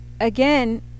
again